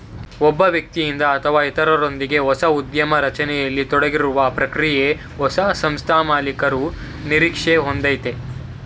ಒಬ್ಬ ವ್ಯಕ್ತಿಯಿಂದ ಅಥವಾ ಇತ್ರರೊಂದ್ಗೆ ಹೊಸ ಉದ್ಯಮ ರಚನೆಯಲ್ಲಿ ತೊಡಗಿರುವ ಪ್ರಕ್ರಿಯೆ ಹೊಸ ಸಂಸ್ಥೆಮಾಲೀಕರು ನಿರೀಕ್ಷೆ ಒಂದಯೈತೆ